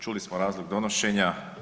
Čuli smo razlog donošenja.